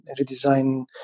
redesign